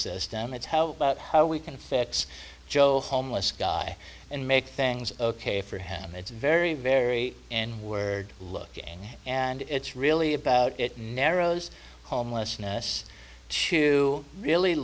system it's how about how we can fix joe homeless guy and make things ok for him it's very very n word looking and it's really about it narrows homelessness to really